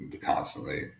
constantly